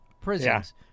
prisons